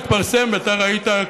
אתה ראית,